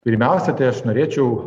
pirmiausia tai aš norėčiau